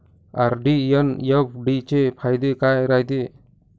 RD अन FD चे फायदे काय रायते?